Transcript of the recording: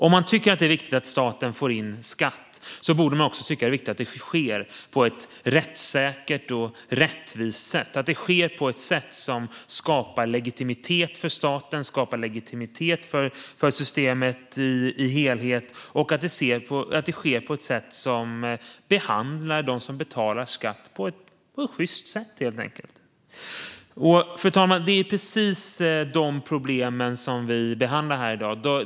Om man tycker att det är viktigt att staten får in skatt borde man också tycka att det är viktigt att det sker på ett rättssäkert och rättvist sätt, att det sker på ett sätt som skapar legitimitet för staten och för systemet i sin helhet och att det sker på ett sätt som behandlar dem som betalar skatt på ett sjyst sätt, helt enkelt. Fru talman! Det är precis de problemen som vi behandlar här i dag.